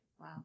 Wow